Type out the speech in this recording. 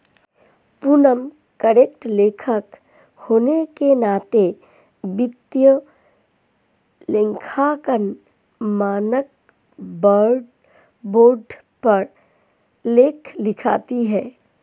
Poonam content लेखक होने के नाते वित्तीय लेखांकन मानक बोर्ड पर लेख लिखती है